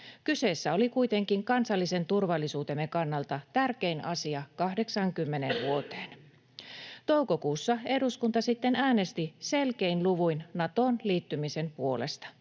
Kyseessä oli kuitenkin kansallisen turvallisuutemme kannalta tärkein asia 80 vuoteen. Toukokuussa eduskunta sitten äänesti selkein luvuin Natoon liittymisen puolesta.